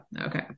Okay